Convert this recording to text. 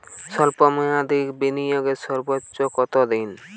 স্বল্প মেয়াদি বিনিয়োগ সর্বোচ্চ কত দিন?